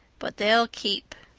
but they'll keep.